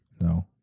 No